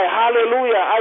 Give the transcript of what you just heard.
hallelujah